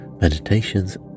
meditations